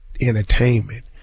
entertainment